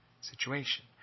situation